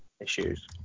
issues